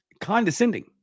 condescending